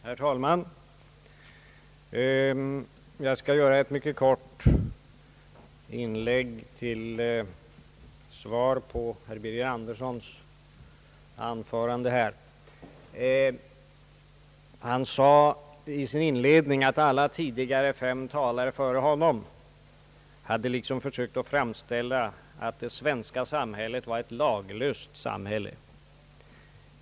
Herr talman! Jag skall göra ett mycket kort inlägg till svar på herr Birger Anderssons anförande. Han sade inledningsvis att samtliga fem talare före honom försökt framställa det svenska samhället som ett laglöst samhälle.